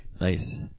Nice